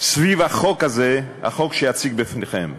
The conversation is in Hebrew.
סביב החוק הזה, החוק שאציג בפניכם.